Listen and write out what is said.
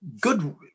good